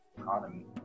economy